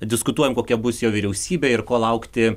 diskutuojam kokia bus jo vyriausybė ir ko laukti